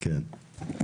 כן.